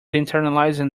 internalizing